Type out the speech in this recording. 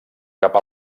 cap